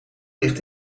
ligt